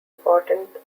important